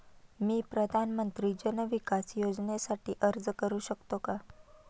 मी प्रधानमंत्री जन विकास योजनेसाठी अर्ज करू शकतो का?